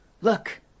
Look